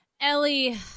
Ellie